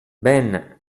ben